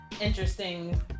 interesting